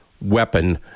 weapon